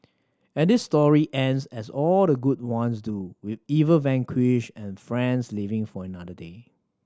and this story ends as all the good ones do with evil vanquished and friends living for another day